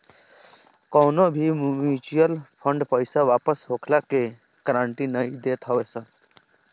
कवनो भी mutual fund पईसा वापस होखला के गारंटी नाइ देत हवे सन